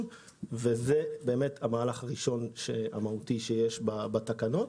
וזה באמת המהלך הראשון המהותי שיש בתקנות.